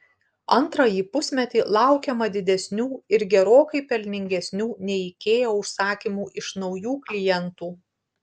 antrąjį pusmetį laukiama didesnių ir gerokai pelningesnių nei ikea užsakymų iš naujų klientų